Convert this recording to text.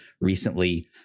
recently